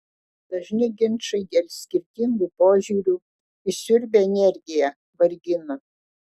dažni ginčai dėl skirtingų požiūrių išsiurbia energiją vargina